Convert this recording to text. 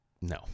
No